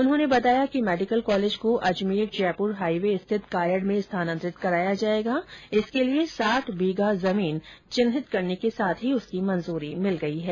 उन्होंने बताया कि मेडिकल कॉलेज को अजमेर जयप्र हाईवे स्थित कायड़ में स्थानांतरित कराया जाएगा जिसके लिए साठ बीघा जमीन चिन्हित करने के साथ ही उसकी मंजूरी मिल गई है